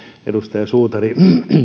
edustaja suutari